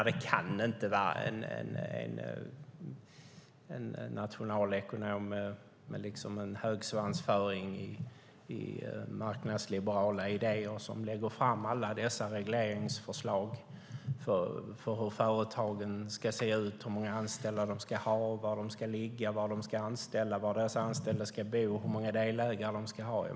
Det kan inte vara en nationalekonom med hög svansföring och marknadsliberala idéer som lägger fram alla dessa regleringsförslag om hur företagen ska se ut, hur många anställda de ska ha, var de ska ligga, var de ska anställa, var de anställda ska bo och hur många delägare det ska finnas.